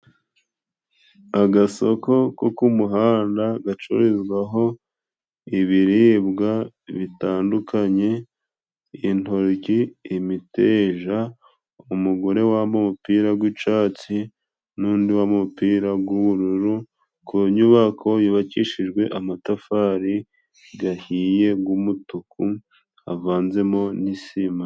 Agasoko ko ku muhanda gacururizwaho ibiribwa bitandukanye: intoryi, imiteja, umugore wambaye umupira gw'icatsi n'undi w' umupira gw'ubururu ,ku nyubako yubakishijwe amatafari gahiye g'umutuku havanzemo n'isima.